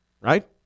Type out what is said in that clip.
right